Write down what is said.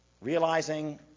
realizing